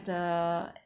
the